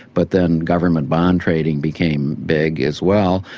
but then government bond trading became big as well.